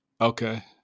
Okay